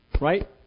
Right